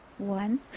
one